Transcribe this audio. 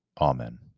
Amen